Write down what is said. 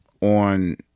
on